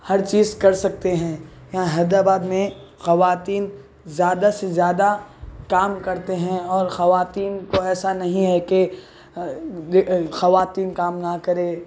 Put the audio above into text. ہر چیز کر سکتے ہیں یہاں حیدرآباد میں خواتین زیادہ سے زیادہ کام کرتے ہیں اور خواتین کو ایسا نہیں ہے کہ خواتین کام نہ کرے